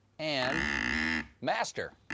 and master.